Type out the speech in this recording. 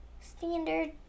standard